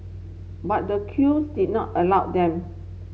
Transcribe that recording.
but the crews did not allow them